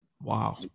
Wow